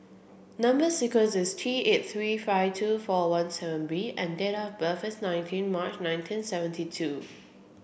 number sequence is T eight three five two four one seven B and date of birth is nineteen March nineteen seventy two